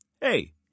hey